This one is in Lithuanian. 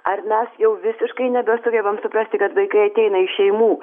ar mes jau visiškai nebesugebam suprasti kad vaikai ateina iš šeimų